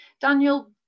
daniel